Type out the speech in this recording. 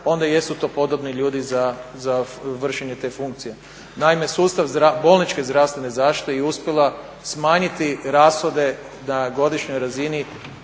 onda jesu to podobni ljudi za vršenje te funkcije. Naime, sustav bolničke zdravstvene zaštite je uspjela smanjiti rashode na godišnjoj razini